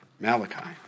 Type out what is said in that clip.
Malachi